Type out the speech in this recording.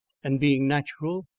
and, being natural,